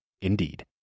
Indeed